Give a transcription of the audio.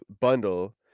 bundle